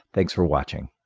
thanks for watching!